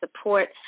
support